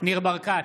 ניר ברקת,